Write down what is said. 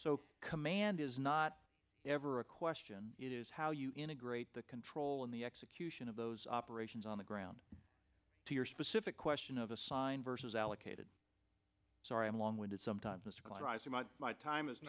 so command is not ever a question it is how you integrate the control in the execution of those operations on the ground to your specific question of assigned versus allocated sorry i'm long winded sometimes m